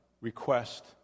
Request